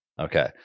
Okay